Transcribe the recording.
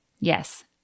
Yes